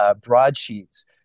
broadsheets